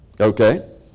okay